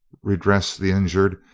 redress the injured,